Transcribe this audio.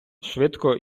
швидко